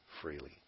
freely